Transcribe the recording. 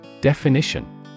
Definition